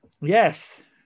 Yes